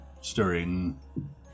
stirring